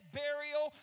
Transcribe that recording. burial